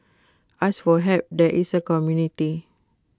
ask for help there is A community